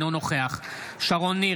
אינו נוכח שרון ניר,